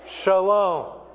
Shalom